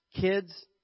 Kids